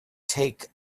take